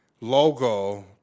logo